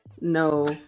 no